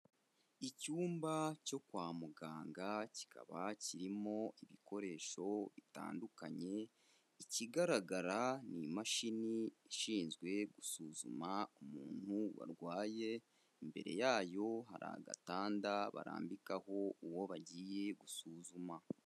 Icyumba cyo kwa muganga kikaba kirimo ibikoresho bitandukanye, ikigaragara ni imashini ishinzwe gusuzuma umuntu warwaye, imbere yayo hari agatanda barambikaho uwo bagiye gusuzuma.